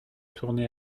tournez